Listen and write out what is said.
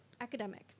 academic